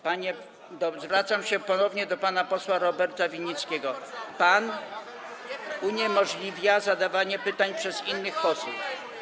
Panie pośle - zwracam się ponownie do pana posła Roberta Winnickiego - pan uniemożliwia zadawanie pytań przez innych posłów.